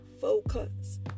Focus